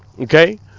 okay